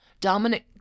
Dominic